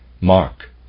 Mark